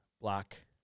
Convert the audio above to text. black